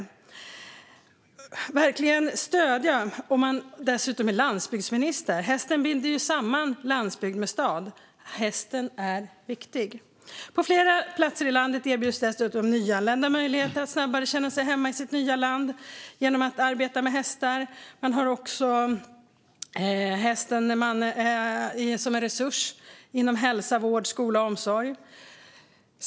Man måste verkligen stödja näringen om man dessutom är landsbygdsminister. Hästen binder samma landsbygd med stad. Hästen är viktig. På flera platser i landet erbjuds dessutom nyanlända möjligheter att snabbare känna sig hemma i sitt nya land genom att arbeta med hästar. Man har också hästen som en resurs inom hälsa, vård, skola och omsorg.